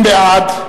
בעד,